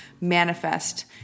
manifest